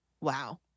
Wow